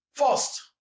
First